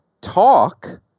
talk